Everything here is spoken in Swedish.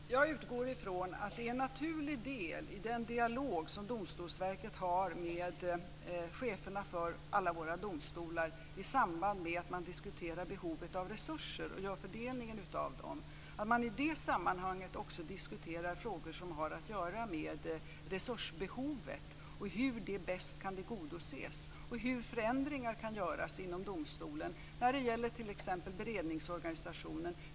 Fru talman! Jag utgår från att det här är en naturlig del i den dialog som Domstolsverket har med cheferna för alla våra domstolar i samband med att man diskuterar behovet av resurser och gör fördelningen av dem. Jag utgår från att man i det sammanhanget också diskuterar frågor som har att göra med resursbehovet, hur det bäst kan tillgodoses och hur förändringar kan göras inom domstolen när det gäller t.ex. beredningsorganisationen.